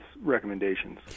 recommendations